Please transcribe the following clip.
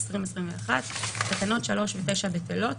התשפ"ב-2021, תקנות 3 ו-9 בטלות.